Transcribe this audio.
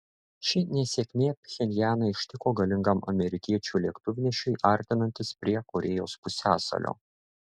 ši nesėkmė pchenjaną ištiko galingam amerikiečių lėktuvnešiui artinantis prie korėjos pusiasalio